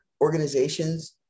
organizations